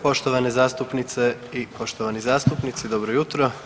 Poštovane zastupnice i poštovani zastupnici, dobro jutro.